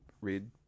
read